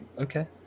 Okay